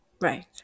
Right